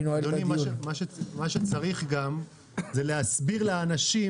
מה שצריך גם זה להסביר לאנשים